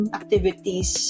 activities